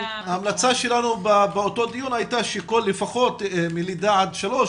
ההמלצה שלנו באותו דיון שלפחות מגילאי לידה עד שלוש,